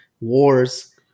wars